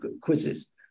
quizzes